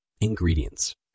Ingredients